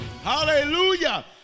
hallelujah